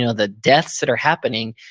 you know the deaths that are happening,